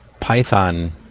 python